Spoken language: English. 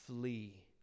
flee